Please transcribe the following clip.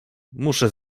muszę